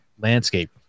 landscape